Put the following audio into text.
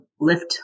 lift